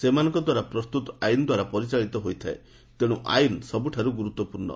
ସେମାନଙ୍କ ଦ୍ୱାରା ପ୍ରସ୍ତୁତ ଆଇନ୍ ଦ୍ୱାରା ପରିଚାଳିତ ହୋଇଥାଏ ତେଣୁ ଆଇନ୍ ସବୁଠାରୁ ଗୁରୁତ୍ୱପୂର୍ଣ୍ଣ